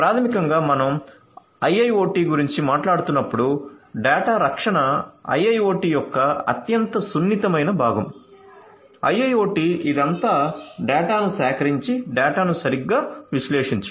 ప్రాథమికంగా మనం IIoT గురించి మాట్లాడుతున్నప్పుడు డేటా రక్షణ IIoT యొక్క అత్యంత సున్నితమైన భాగం IIoT ఇదంతా డేటాను సేకరించి డేటాను సరిగ్గా విశ్లేషించడం